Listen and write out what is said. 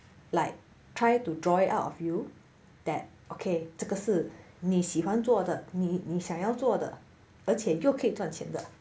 like try to draw it out of you that okay 这个是你喜欢做的你你想要做的而且又可以赚钱的